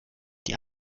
die